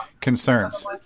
concerns